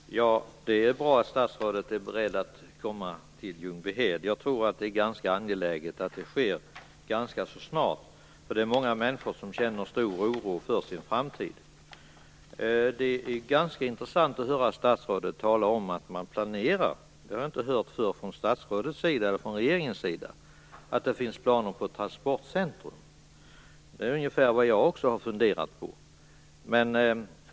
Fru talman! Det är bra att statsrådet är beredd att komma till Ljungbyhed. Jag tror att det är angeläget att det sker ganska snart, eftersom många människor känner stor oro för sin framtid. Det är intressant att höra statsrådet tala om att det finns planer på ett transportcentrum. Det har jag inte hört förr från statsrådets eller regeringens sida. Detta har jag också funderat på.